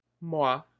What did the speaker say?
Moi